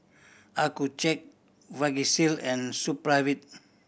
Accucheck Vagisil and Supravit